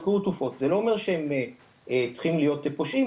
זה לא אומר שהם צריכים להיות פושעים,